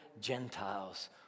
Gentiles